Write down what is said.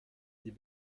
die